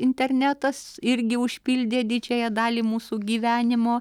internetas irgi užpildė didžiąją dalį mūsų gyvenimo